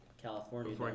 California